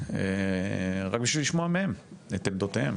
רק בשביל לשמוע מהם את עמדותיהם.